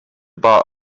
bar